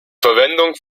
verwendung